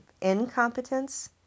incompetence